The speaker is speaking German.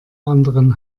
anderen